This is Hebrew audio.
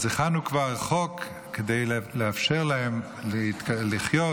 אז הכנו כבר חוק כדי לאפשר להם לחיות,